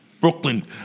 Brooklyn